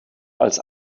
als